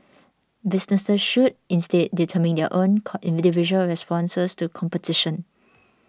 businesses should instead determine their own individual responses to competition